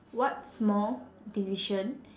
what small decision